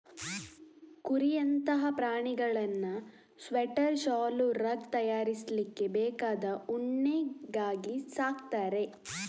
ಕುರಿಯಂತಹ ಪ್ರಾಣಿಗಳನ್ನ ಸ್ವೆಟರ್, ಶಾಲು, ರಗ್ ತಯಾರಿಸ್ಲಿಕ್ಕೆ ಬೇಕಾದ ಉಣ್ಣೆಗಾಗಿ ಸಾಕ್ತಾರೆ